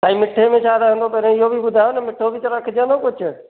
साईं मिठे में छा रहंदो पहिरियों इहो बि ॿुधयो न मिठो बि त रखजंदो कुझु